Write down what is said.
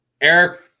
Eric